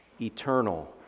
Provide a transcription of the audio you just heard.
eternal